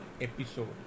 episode